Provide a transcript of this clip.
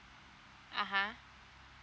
uh !huh!